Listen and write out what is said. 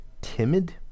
timid